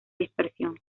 dispersión